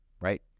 right